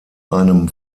einem